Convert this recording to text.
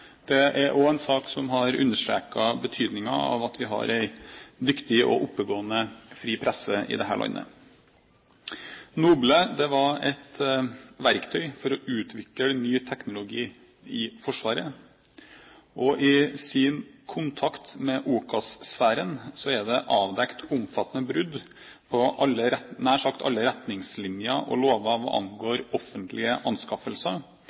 Det er også en sak som har understreket betydningen av at vi har en dyktig og oppegående fri presse i dette landet. NOBLE var et verktøy for å utvikle ny teknologi i Forsvaret. I sin kontakt med OCAS-sfæren er det avdekt omfattende brudd på nær sagt alle retningslinjer og lover hva angår offentlige anskaffelser